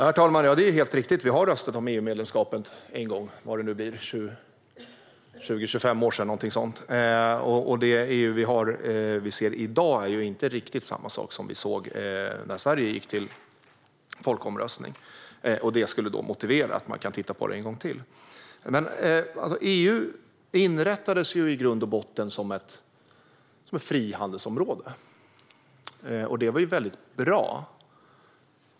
Herr talman! Det är helt riktigt: Vi har röstat om EU-medlemskapet en gång för 20-25 år sedan. Men det EU som vi ser i dag är inte riktigt samma sak som vi såg när Sverige gick till folkomröstning, vilket skulle motivera att man tittar på det en gång till. EU inrättades i grund och botten som ett frihandelsområde. Det var väldigt bra.